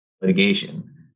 litigation